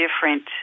different